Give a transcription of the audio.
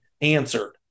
answered